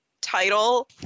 title